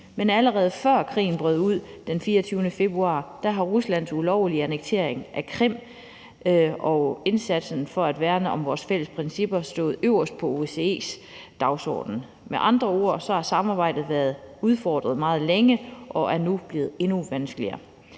Men allerede før krigen brød ud den 24. februar, har Ruslands ulovlige annektering af Krim og indsatsen for at værne om vores fælles principper stået øverst på OSCE's dagsorden. Med andre ord har samarbejdet været udfordret meget længe og er nu blevet endnu vanskeligere.